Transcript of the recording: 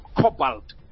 cobalt